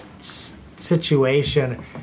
situation